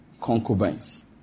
concubines